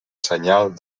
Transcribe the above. senyal